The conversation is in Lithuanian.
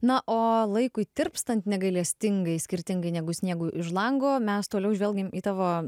na o laikui tirpstant negailestingai skirtingai negu sniegui už lango mes toliau žvelgiam į tavo